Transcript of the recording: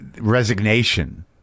resignation